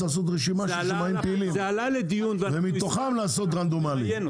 צריך לעשות רשימה של שמאים פעילים ומתוכם לעשות רנדומלי.